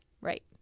Right